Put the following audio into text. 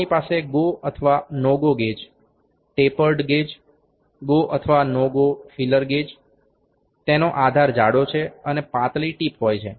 આપણી પાસે ગો અથવા no go gauge tapered gauge go અથવા નો ગો ફિલર ગેજ છે તેનો આધાર જાડો છે અને પાતળી ટિપ હોય છે